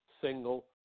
single